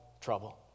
trouble